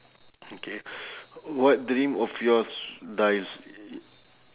okay what dream of yours dies